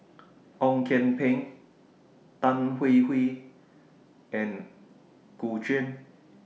Ong Kian Peng Tan Hwee Hwee and Gu Juan